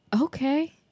okay